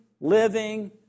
living